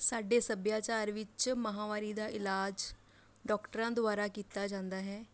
ਸਾਡੇ ਸੱਭਿਆਚਾਰ ਵਿੱਚ ਮਾਹਵਾਰੀ ਦਾ ਇਲਾਜ ਡੋਕਟਰਾਂ ਦੁਆਰਾ ਕੀਤਾ ਜਾਂਦਾ ਹੈ